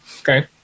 Okay